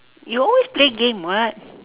you always play game [what]